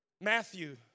Matthew